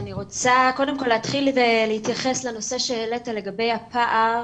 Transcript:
אני רוצה קודם כל להתחיל ולהתייחס לנושא שהעלית לגבי הפער